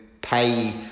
pay